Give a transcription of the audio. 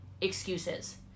excuses